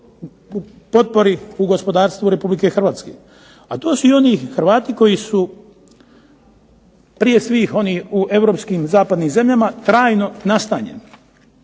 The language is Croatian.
potpori u gospodarstvu Republike Hrvatske. A to su i oni Hrvati koji su, prije svih oni u europskim zapadnim zemljama trajno nastanjeni.